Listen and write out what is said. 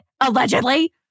Allegedly